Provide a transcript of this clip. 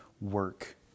work